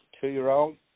two-year-old